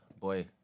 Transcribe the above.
Boy